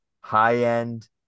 high-end